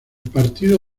partido